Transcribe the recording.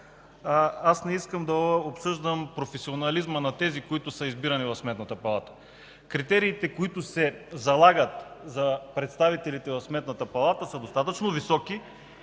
Аз не искам да обсъждам професионализма на тези, които са избирани в Сметната палата. Критериите, които се залагат за представителите в Сметната палата, са достатъчно високи